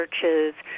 churches